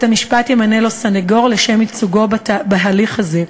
בית-המשפט ימנה לו סנגור לשם ייצוגו בהליך הזה.